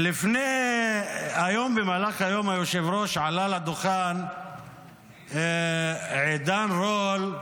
היום, במהלך היום, היושב-ראש, עלה לדוכן עידן רול,